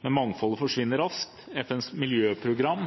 Men mangfoldet forsvinner raskt. FNs miljøprogram